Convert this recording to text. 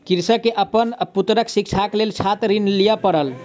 कृषक के अपन पुत्रक शिक्षाक लेल छात्र ऋण लिअ पड़ल